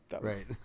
Right